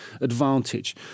advantage